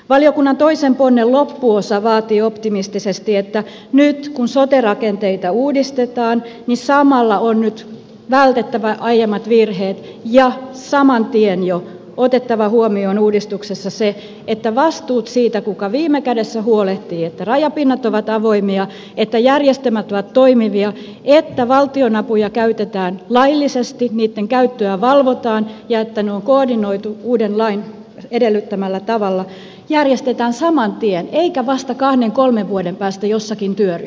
valiokunnan toisen ponnen loppuosa vaatii optimistisesti että kun sote rakenteita uudistetaan samalla on nyt vältettävä aiemmat virheet ja saman tien jo otettava huomioon uudistuksessa se että vastuut siitä kuka viime kädessä huolehtii että rajapinnat ovat avoimia järjestelmät ovat toimivia ja valtionapuja käytetään laillisesti niitten käyttöä valvotaan ja ne on koordinoitu uuden lain edellyttämällä tavalla järjestetään saman tien eikä vasta kahden kolmen vuoden päästä jossakin työryhmässä